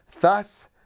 Thus